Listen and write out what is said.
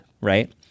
right